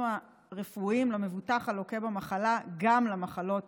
הרפואיים למבוטח הלוקה במחלה גם למחלות